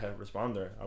responder